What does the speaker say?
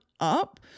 up